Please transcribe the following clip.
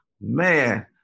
man